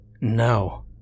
No